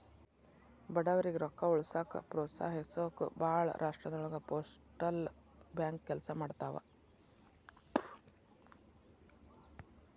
ಬಡವರಿಗಿ ರೊಕ್ಕ ಉಳಿಸೋಕ ಪ್ರೋತ್ಸಹಿಸೊಕ ಭಾಳ್ ರಾಷ್ಟ್ರದೊಳಗ ಪೋಸ್ಟಲ್ ಬ್ಯಾಂಕ್ ಕೆಲ್ಸ ಮಾಡ್ತವಾ